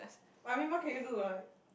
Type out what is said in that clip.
I mean what can you do like